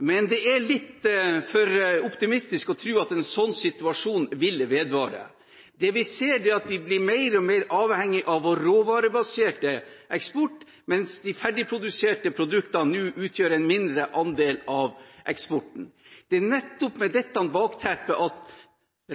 Men det er litt for optimistisk å tro at en sånn situasjon vil vedvare. Det vi ser, er at vi blir mer og mer avhengig av vår råvarebaserte eksport, mens de ferdigproduserte produktene nå utgjør en mindre andel av eksporten. Det er nettopp med dette bakteppet at